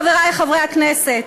חברי חברי הכנסת,